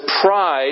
pride